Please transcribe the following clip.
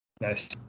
Nice